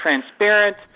transparent